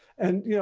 and, yeah